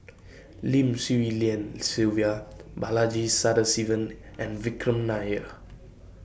Lim Swee Lian Sylvia Balaji Sadasivan and Vikram Nair